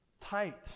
tight